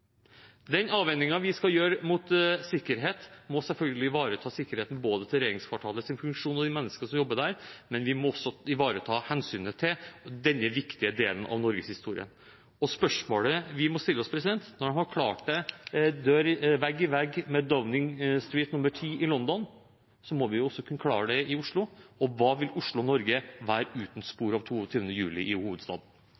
Den avveiningen vi skal gjøre opp mot sikkerhet, må selvfølgelig ivareta sikkerheten både til regjeringskvartalets funksjon og til de menneskene som jobber der, men vi må også ivareta hensynet til denne viktige delen av norgeshistorien. Spørsmålet vi må stille oss, er: Når en har klart det vegg i vegg med Downing Street 10 i London, må vi også kunne klare det i Oslo – og hva vil Oslo og Norge være uten